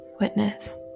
Witness